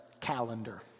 calendar